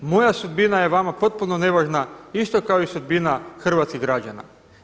Moja sudbina je vama potpuno nevažna isto kao i sudbina hrvatskih građana.